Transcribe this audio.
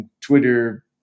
Twitter